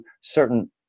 certain